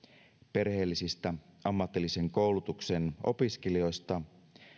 perheellisistä ammatillisen koulutuksen opiskelijoista